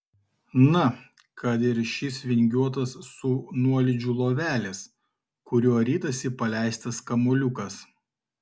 na kad ir šis vingiuotas su nuolydžiu lovelis kuriuo ritasi paleistas kamuoliukas